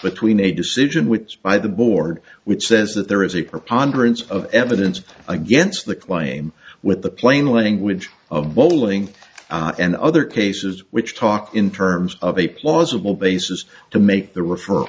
between a decision which by the board which says that there is a preponderance of evidence against the claim with the plain language of bowling and other cases which talk in terms of a plausible basis to make the refer